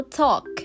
talk